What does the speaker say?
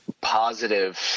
positive